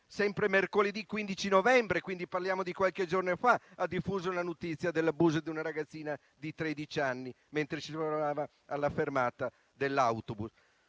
mercoledì 15 novembre, e quindi solo qualche giorno fa, ha diffuso la notizia dell'abuso di una ragazzina di tredici anni mentre si trovava alla fermata dell'autobus.